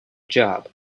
job